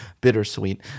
bittersweet